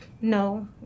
no